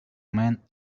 man